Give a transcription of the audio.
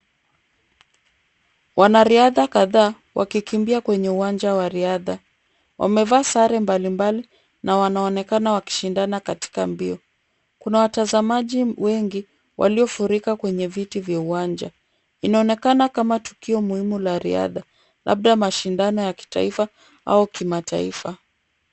Wanariadha kadhaa wakikimbia kwenye uwanja wa riadha, wamevaa sare mbalimbali na wanaonekana wakishindana katika mbio. Kuna watazamaji wengi, waliofurika kwenye viti vya uwanja. Inaonekana kuwa tukio muhimu la riadha, labda mashindano ya kitaifa au kimataifa.